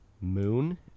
moon